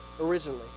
originally